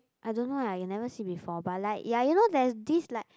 I don't know lah you never see before but like ya you know there's this like